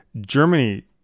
Germany